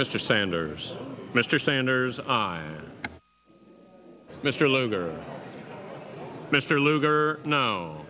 mr sanders mr sanders mr lugar mr lugar no